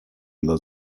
dla